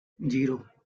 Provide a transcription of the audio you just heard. zero